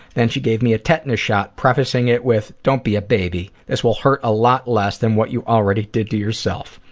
she gave me a tetanus shot prefacing it with don't be a baby this will hurt a lot less than what you already did to yourself.